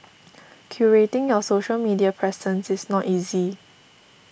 curating your social media presence is not easy